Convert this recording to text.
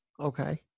Okay